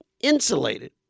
insulated